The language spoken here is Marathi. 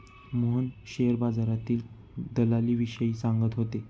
मोहन शेअर बाजारातील दलालीविषयी सांगत होते